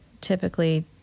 typically